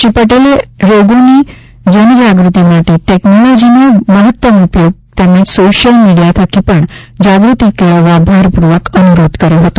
શ્રી પટેલે આ રોગોની જનજાગૃતિ માટે ટેકનોલોજીનો મહતમ ઉપયોગ તેમજ સોશિયલ મીડિયા થકી પણ જાગૃતિ કેળવવા ભારપૂર્વક અનુરોધ કર્યો હતો